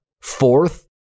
Fourth